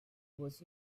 was